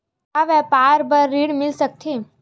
का व्यापार बर ऋण मिल सकथे?